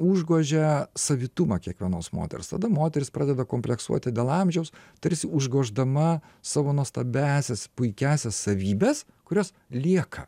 užgožia savitumą kiekvienos moters tada moteris pradeda kompleksuoti dėl amžiaus tarsi užgoždama savo nuostabiąsias puikiąsias savybes kurios lieka